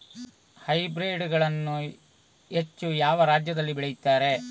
Hybrid ಗಳನ್ನು ಹೆಚ್ಚು ಯಾವ ರಾಜ್ಯದಲ್ಲಿ ಬೆಳೆಯುತ್ತಾರೆ?